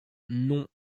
non